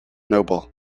noble